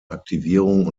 aktivierung